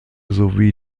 sowie